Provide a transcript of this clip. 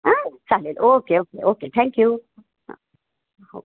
हां चालेल okay okay okay thank you हां हो